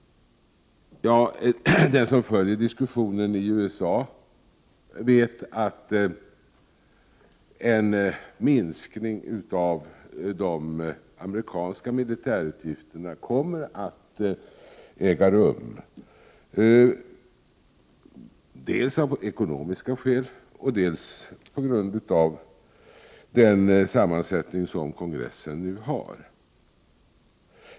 Den som följer diskussionen i USA vet att en minskning av de amerikanska militärutgifterna kommer att äga rum, dels av ekonomiska skäl, dels på grund av den sammansättning som kongressen nu har.